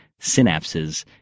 synapses